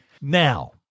Now